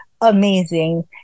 amazing